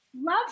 Love